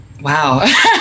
Wow